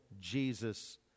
Jesus